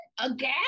again